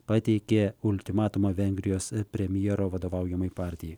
pateikė ultimatumą vengrijos premjero vadovaujamai partijai